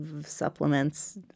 supplements